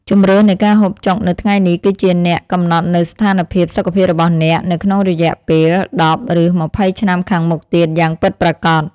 ជម្រើសនៃការហូបចុកនៅថ្ងៃនេះ គឺជាអ្នកកំណត់នូវស្ថានភាពសុខភាពរបស់អ្នកនៅក្នុងរយៈពេលដប់ឬម្ភៃឆ្នាំខាងមុខទៀតយ៉ាងពិតប្រាកដ។